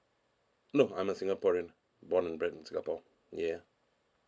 no I'm a singaporean born and bred in singapore yeah